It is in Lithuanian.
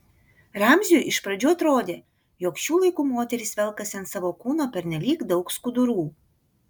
ramziui iš pradžių atrodė jog šių laikų moterys velkasi ant savo kūno pernelyg daug skudurų